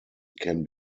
can